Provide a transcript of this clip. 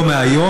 ולא מהיום,